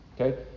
okay